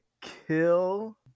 kill